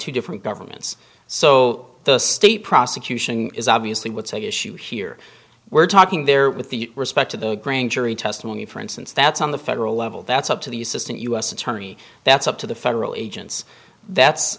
two different governments so the state prosecution is obviously what's at issue here we're talking there with the respect to the grand jury testimony for instance that's on the federal level that's up to the assistant u s attorney that's up to the federal agents that's